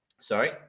Sorry